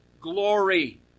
glory